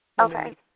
Okay